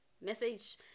message